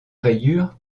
rayures